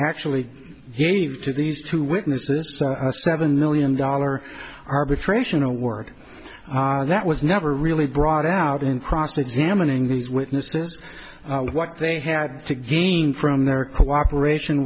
actually gave to these two witnesses a seven million dollar arbitration a work that was never really brought out in cross examining these witnesses what they had to gain from their cooperation